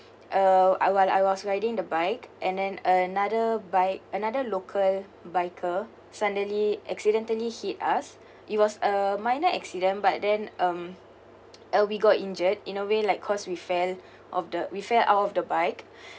uh I was I was riding the bike and then another bike another local biker suddenly accidentally hit us it was a minor accident but then um uh we got injured in a way like cause we fell of the we fell out of the bike